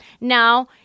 now